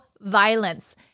violence